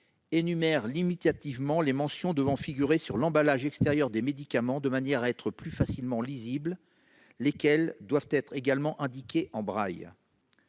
énumère limitativement les mentions devant figurer sur l'emballage extérieur des médicaments de manière à être plus facilement lisibles. Certaines mentions doivent également être indiquées en braille.